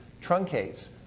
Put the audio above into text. truncates